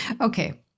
Okay